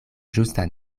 ĝusta